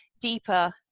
deeper